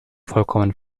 vollkommen